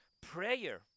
prayer